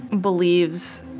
believes